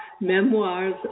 Memoirs